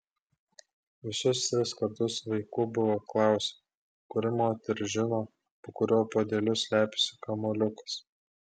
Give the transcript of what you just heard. visus tris kartus vaikų buvo klausiama kuri moteris žino po kuriuo puodeliu slepiasi kamuoliukas